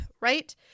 right